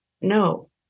no